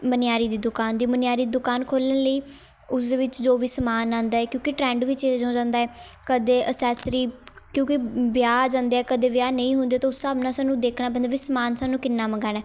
ਮਨਿਆਰੀ ਦੀ ਦੁਕਾਨ ਦੀ ਮਨਿਆਰੀ ਦੀ ਦੁਕਾਨ ਖੋਲ੍ਹਣ ਲਈ ਉਸ ਦੇ ਵਿੱਚ ਜੋ ਵੀ ਸਮਾਨ ਆਉਂਦਾ ਹੈ ਕਿਉਂਕਿ ਟਰੈਂਡ ਵੀ ਚੇਂਜ ਹੋ ਜਾਂਦਾ ਹੈ ਕਦੇ ਅਸੈਸਰੀ ਕਿਉਂਕਿ ਵਿਆਹ ਆ ਜਾਂਦੇ ਕਦੇ ਵਿਆਹ ਨਹੀਂ ਹੁੰਦੇ ਤਾਂ ਉਸ ਹਿਸਾਬ ਨਾਲ ਸਾਨੂੰ ਦੇਖਣਾ ਪੈਂਦਾ ਵੀ ਸਮਾਨ ਸਾਨੂੰ ਕਿੰਨਾ ਮੰਗਵਾਉਣਾ ਹੈ